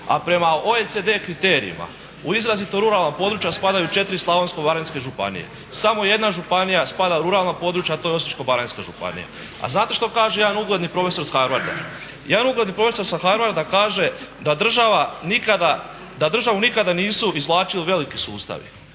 A prema OECD kriterijima u izrazito ruralna područja spadaju četiri slavonsko-baranjske županije. Samo jedna županija spada u ruralna područja a to je Osiječko-baranjska županija. A znate što kaže jedan ugledni profesor sa Harvarda? Jedan ugledni profesor sa Harvarda kaže da država nikada, da državu nikada nisu izvlačili veliki sustavi